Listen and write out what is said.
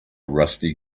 rusty